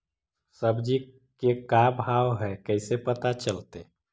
सब्जी के का भाव है कैसे पता चलतै?